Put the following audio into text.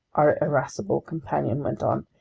our irascible companion went on,